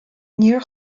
níor